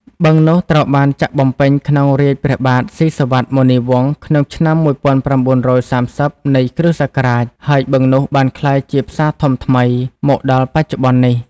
បឹងនោះត្រូវបានចាក់បំពេញក្នុងរាជព្រះបាទ សុីសុវត្ថ មុនីវង្ស ក្នុងឆ្នាំ ១៩៣០ នៃគ.សករាជ ហើយបឹងនោះបានក្លាយជា ផ្សារធំថ្មី មកដល់បច្ចុប្បន្ននេះ ។